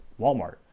Walmart